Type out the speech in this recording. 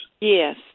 Yes